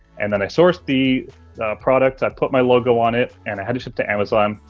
and then i sourced the product. i put my logo on it. and i had it shipped to amazon.